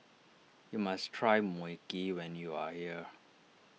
you must try Mui Kee when you are here